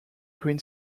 green